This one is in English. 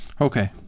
Okay